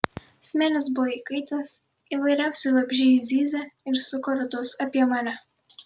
smėlis buvo įkaitęs įvairiausi vabzdžiai zyzė ir suko ratus apie mane